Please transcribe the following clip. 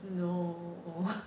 no